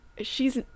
she's-